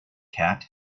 cat